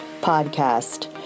podcast